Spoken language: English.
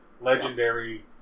legendary